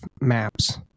maps